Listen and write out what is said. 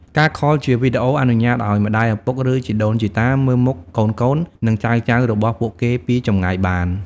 ការខលជាវីដេអូអនុញ្ញាតិឱ្យម្ដាយឪពុក ឬ ជីដូនជីតា មើលមុខកូនៗ និងចៅៗរបស់ពួកគេពីចម្ងាយបាន។